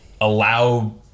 allow